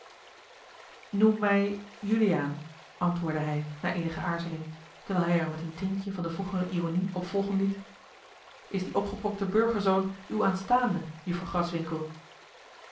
noem mij juliaan antwoordde hij na eenige aarzeling terwijl hij er met een tintje van de vroegere ironie op volgen liet is die opgepronkte burgerzoon uw aanstaande